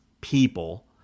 people